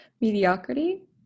Mediocrity